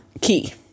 Key